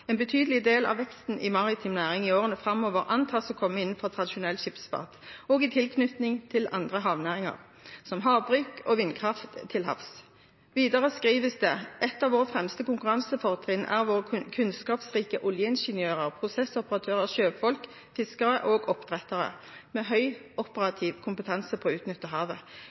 betydelig del av veksten i maritim næring i årene fremover antas å komme innenfor tradisjonell skipsfart og i tilknytning til andre havnæringer, som havbruk og vindkraft til havs.» Videre skrives det: «Et av våre fremste konkurransefortrinn er våre kunnskapsrike oljeingeniører, prosessoperatører, sjøfolk, fiskere og oppdrettere med høy operativ kompetanse på å utnytte havet.»